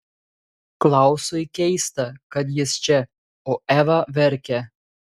klausui keista kad jis čia o eva verkia